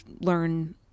learn